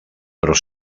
però